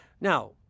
Now